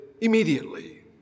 immediately